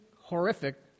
horrific